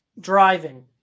driving